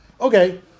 Okay